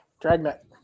Dragnet